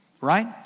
Right